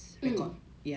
mmhmm